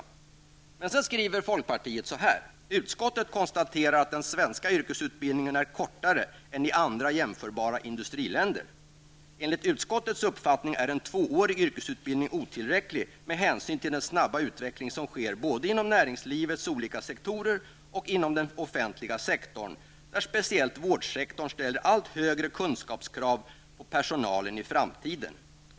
Folkpartiet skriver följande i sin reservation: ''Utskottet konstaterar att den svenska yrkesutbildningen är kortare än i andra jämförbara industriländer. -- Enligt utskottets uppfattning är en tvåårig yrkesutbildning otillräcklig med hänsyn till den snabba utveckling som sker både inom näringslivets olika sektorer och inom den offentliga sektorn där speciellt vårdsektorn ställer allt högre kunskapskrav på personalen i framtiden.